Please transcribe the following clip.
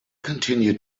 continued